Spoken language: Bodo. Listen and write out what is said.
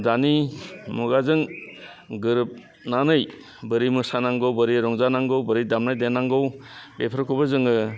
दानि मुगाजों गोरोबनानै बोरै मोसानांगौ बोरै रंजानांगौ बोरै दामनाय देनांगौ बेफोरखौबो जोङो